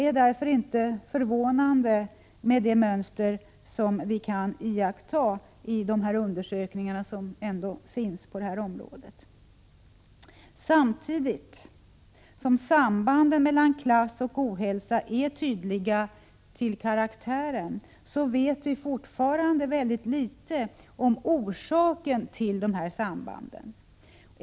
Det mönster som vi kan iaktta i de undersökningar som ändå finns på det här området är därför inte förvånande. Samtidigt som sambanden mellan klass och ohälsa är tydliga till sin karaktär, vet vi fortfarande mycket litet om orsaken till dessa samband.